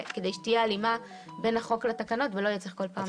זה כדי שתהיה הלימה בין החוק לתקנות ושלא יצטרכו כל פעם לתקן.